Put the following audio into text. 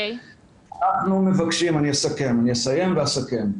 אני אסיים ואסכם,